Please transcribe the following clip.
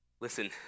Listen